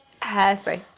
Hairspray